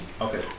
Okay